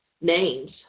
names